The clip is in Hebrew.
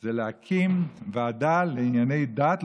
זה להקים ועדה לענייני דת,